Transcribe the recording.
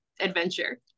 adventure